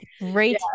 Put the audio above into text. Great